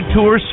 Tour